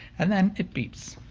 and then, it beeps.